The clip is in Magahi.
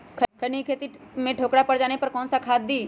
खैनी के खेत में ठोकरा पर जाने पर कौन सा खाद दी?